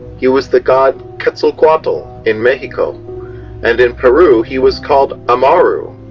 he was the god quetzalcoatl in mexico and in peru he was called amaru.